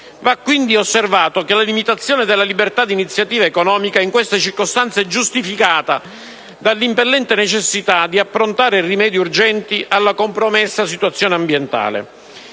Va quindi osservato che la limitazione della libertà di iniziativa economica è, in queste circostanze, giustificata dall'impellente necessità di approntare rimedi urgenti alla compromessa situazione ambientale.